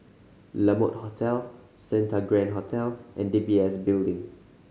La Mode Hotel Santa Grand Hotel and D B S Building